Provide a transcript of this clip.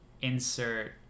Insert